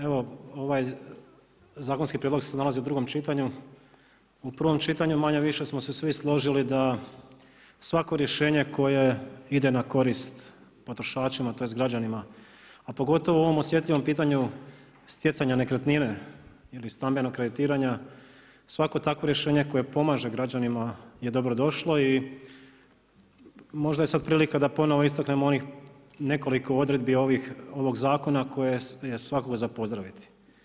Evo ovaj zakonski prijedlog se nalazi u drugom čitanju, u prvom čitanju manje-više smo se svi složili da svako rješenje koje ide na korist potrošačima tj. građanima a pogotovo o ovom osjetljivom pitanju stjecanju nekretnine ili stambenog kreditiranja, svako takvo rješenje koje pomaže građanima je dobrodošlo i možda je sad prilika da ponovno istaknemo onih nekoliko odredbi ovog zakona koje je svakako za pozdraviti.